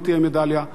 לא תהיה מדליה,